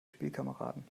spielkameraden